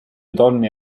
donne